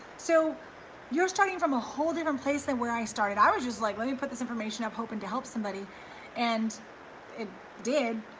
so you're starting from a whole different um place than where i started. i was just like, let me put this information up hoping to help somebody and it did,